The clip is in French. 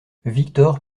victor